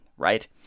Right